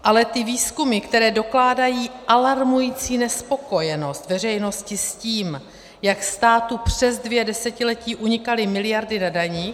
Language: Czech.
Ale ty výzkumy, které dokládají alarmující nespokojenost veřejnosti s tím, jak státu přes dvě desetiletí unikaly miliardy na daních...